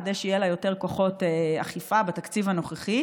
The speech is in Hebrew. כדי שיהיו לה יותר כוחות אכיפה בתקציב הנוכחי.